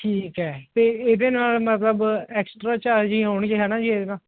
ਠੀਕ ਹੈ ਅਤੇ ਇਹਦੇ ਨਾਲ ਮਤਲਬ ਐਕਸਟਰਾ ਚਾਰਜ ਹੀ ਹੋਣਗੇ ਹੈ ਨਾ ਜੀ ਇਹਦੇ ਤਾਂ